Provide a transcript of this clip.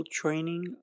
training